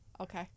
Okay